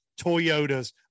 Toyota's